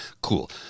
Cool